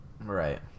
Right